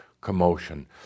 commotion